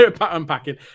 unpacking